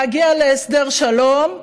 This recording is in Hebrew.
להגיע להסדר שלום,